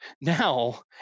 now